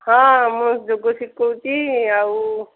ହଁ ମୁଁ ଯୋଗ ଶିଖଉଛି ଆଉ